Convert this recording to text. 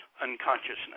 unconsciousness